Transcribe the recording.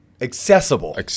Accessible